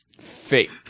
Fake